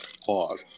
Pause